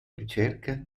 ricerca